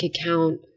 account